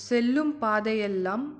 செல்லும் பாதையெல்லாம்